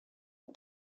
des